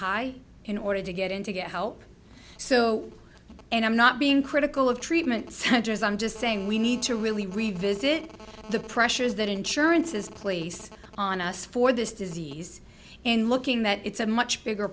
high in order to get in to get help so and i'm not being critical of treatment centers i'm just saying we need to really revisit the pressures that insurances place on us for this disease in looking that it's a much bigger